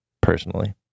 personally